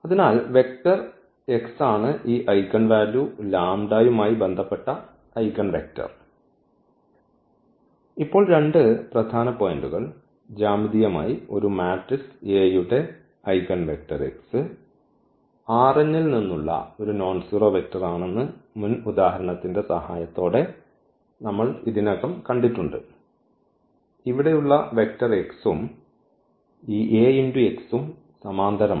അതിനാൽ vector x ആണ് ഈ ഐഗൻവാല്യൂ ലാംബഡയുമായി ബന്ധപ്പെട്ട ഐഗൺവെക്റ്റർ ഇപ്പോൾ രണ്ട് പ്രധാന പോയിന്റുകൾ ജ്യാമിതീയമായി ഒരു മാട്രിക്സ് എയുടെ ഐഗൺവെക്റ്റർ x ൽ നിന്നുള്ള ഒരു നോൺസീറോ വെക്റ്റർ ആണെന്ന് മുൻ ഉദാഹരണത്തിന്റെ സഹായത്തോടെ നമ്മൾ ഇതിനകം കണ്ടിട്ടുണ്ട് ഇവിടെയുള്ള വെക്റ്റർ x ഉം ഈ Ax ഉം സമാന്തരമാണ്